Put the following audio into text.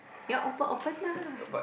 you want open open lah